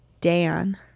Dan